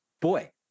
boy